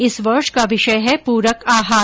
इस वर्ष का विषय है प्रक आहार